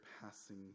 passing